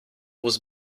was